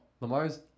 Lamar's